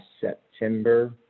September